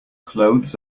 clothes